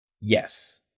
Yes